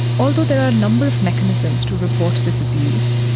although there are a number of mechanisms to report this abuse,